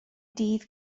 dydd